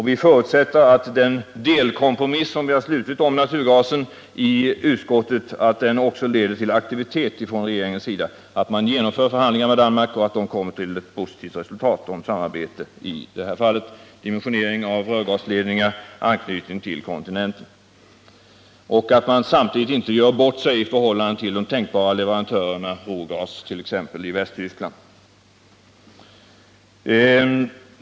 Vi förutsätter att den delkompromiss om naturgasen som vi kommit fram till i utskottet också leder till aktiviteter från regeringens sida så att man genomför förhandlingar med Danmark och når fram till positiva resultat om samarbete. Det gäller t.ex. dimensioneringen av rörgasledningar och anknytningar till kontinenten. Vi förutsätter också att man samtidigt inte gör bort sig i förhållande till tänkbara leverantörer, t.ex. Ruhrgas i Västtyskland.